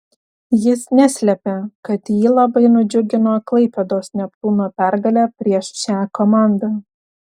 jis neslėpė kad jį labai nudžiugino klaipėdos neptūno pergalė prieš šią komandą